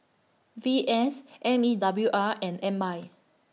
V S M E W R and M I